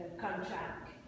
contract